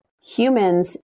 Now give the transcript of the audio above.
humans